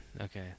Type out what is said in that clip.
Okay